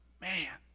Man